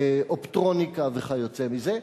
אופטרוניקה וכיוצא בזה.